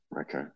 okay